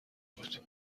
بود